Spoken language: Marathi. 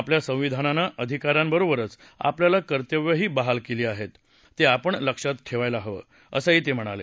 आपल्या संविधानानं अधिकारांबरोबरच आपल्याला कर्तव्यही बहाल केली आहेत ते आपण लक्षात ठेवायला हवं असं ते म्हणाले